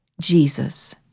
Jesus